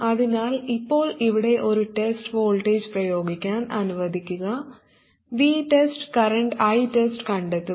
അതിനാൽ ഇപ്പോൾ ഇവിടെ ഒരു ടെസ്റ്റ് വോൾട്ടേജ് പ്രയോഗിക്കാൻ അനുവദിക്കുക VTEST കറന്റ് ITEST കണ്ടെത്തുക